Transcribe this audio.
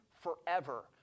forever